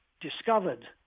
discovered